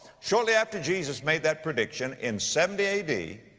shortly after jesus made that prediction in seventy a d,